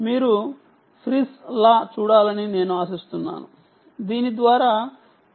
మీరు Friss Law చూడాలని నేను ఆశిస్తున్నాను refer time 1207